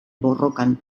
borrokan